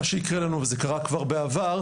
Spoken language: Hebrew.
מה שייקרה לנו וזה קרה כבר בעבר,